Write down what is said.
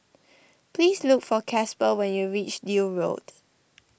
please look for Casper when you reach Deal Road